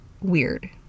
weird